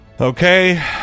Okay